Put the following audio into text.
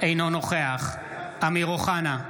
אינו נוכח אמיר אוחנה,